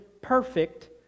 perfect